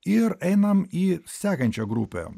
ir einam į sekančią grupę